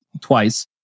Twice